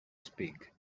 speak